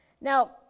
Now